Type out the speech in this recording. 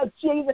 Jesus